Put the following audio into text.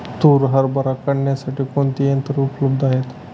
तूर हरभरा काढण्यासाठी कोणती यंत्रे उपलब्ध आहेत?